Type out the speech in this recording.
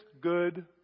good